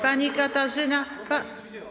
Pani Katarzyna.